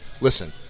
listen